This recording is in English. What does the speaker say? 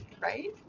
right